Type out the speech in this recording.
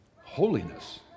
Holiness